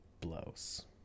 blows